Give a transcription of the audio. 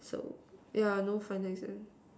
so yeah no final exams